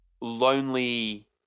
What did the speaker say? lonely